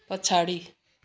पछाडि